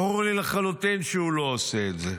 ברור לי לחלוטין שהוא לא עושה את זה.